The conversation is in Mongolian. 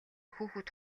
хүүхэд